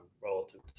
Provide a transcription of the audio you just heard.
relative